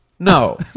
No